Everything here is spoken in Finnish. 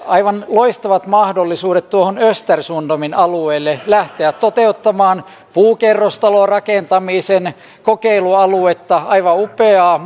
aivan loistavat mahdollisuudet tuohon östersundomin alueelle lähteä toteuttamaan puukerrostalorakentamisen kokeilualuetta aivan upeaa